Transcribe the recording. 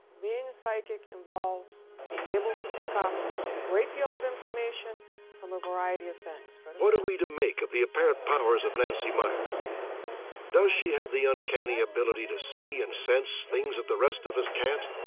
being a psychic involves being able to pick up a great deal of information from a variety of things. robert stack what are we to make of the apparent powers of nancy myer? does she have the uncanny ability to see and sense things that the rest of us can't?